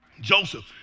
Joseph